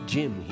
Jim